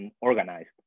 organized